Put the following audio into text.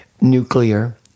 nuclear